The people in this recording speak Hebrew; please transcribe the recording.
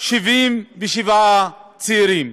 77 צעירים.